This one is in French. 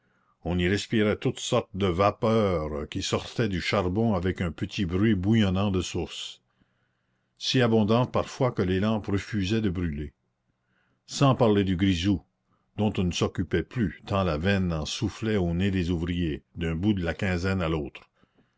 on y respirait toutes sortes de vapeurs qui sortaient du charbon avec un petit bruit bouillonnant de source si abondantes parfois que les lampes refusaient de brûler sans parler du grisou dont on ne s'occupait plus tant la veine en soufflait au nez des ouvriers d'un bout de la quinzaine à l'autre